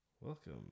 welcome